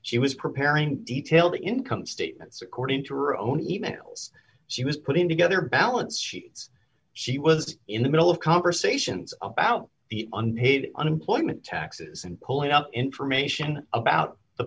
she was preparing to detail the income statements according to or only e mails she was putting together balance sheets she was in the middle of conversations about the unpaid unemployment taxes and pulling up information about the